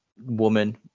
woman